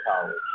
college